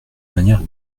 manière